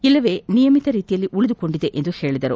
ಇಲ್ಲವೇ ನಿಯಮಿತ ರೀತಿಯಲ್ಲಿ ಉಳಿದುಕೊಂಡಿದೆ ಎಂದು ಹೇಳಿದರು